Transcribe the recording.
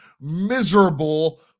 miserable